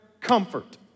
comfort